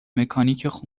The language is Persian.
مکانیک